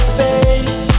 face